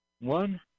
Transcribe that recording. one